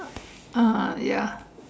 ah ya